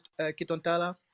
Kitontala